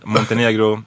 Montenegro